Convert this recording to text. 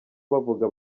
bavuga